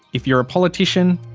if you're a politician,